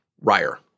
Ryer